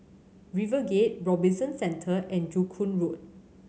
RiverGate Robinson Centre and Joo Koon Road